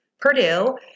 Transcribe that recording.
Purdue